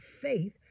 faith